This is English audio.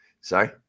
Sorry